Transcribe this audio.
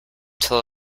till